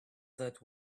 that